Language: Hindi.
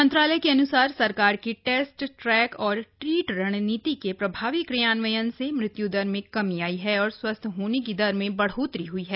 मंत्रालय के अन्सार सरकार की टेस्ट ट्रैक और ट्रीट रणनीति के प्रभावी क्रियान्वयन से मृत्य्दर में कमी आई है और स्वस्थ होने की दर में बढ़ोतरी हुई है